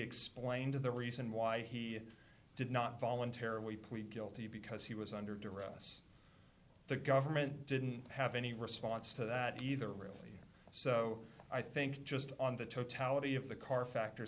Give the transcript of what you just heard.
explained the reason why he did not voluntarily plead guilty because he was under duress the government didn't have any response to that either really so i think just on the totality of the car factor